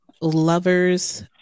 lovers